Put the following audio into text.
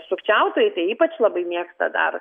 sukčiautojai tai ypač labai mėgsta dar